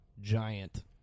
giant